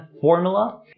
formula